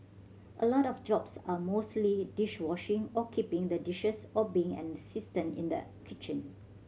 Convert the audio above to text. a lot of jobs are mostly dish washing or keeping the dishes or being an assistant in the kitchen